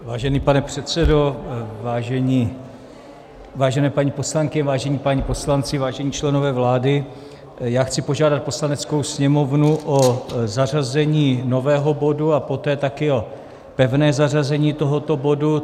Vážený pane předsedo, vážené paní poslankyně, vážení páni poslanci, vážení členové vlády, já chci požádat Poslaneckou sněmovnu o zařazení nového bodu a poté taky o pevné zařazení tohoto bodu.